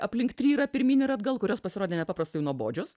aplink tryrą pirmyn ir atgal kurios pasirodė nepaprastai nuobodžios